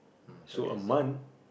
so a month